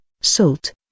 salt